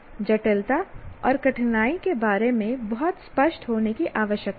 जटिलता और कठिनाई के बारे में बहुत स्पष्ट होने की आवश्यकता है